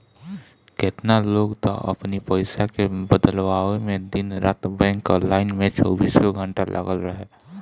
केतना लोग तअ अपनी पईसा के बदलवावे में दिन रात बैंक कअ लाइन में चौबीसों घंटा लागल रहे